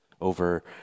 over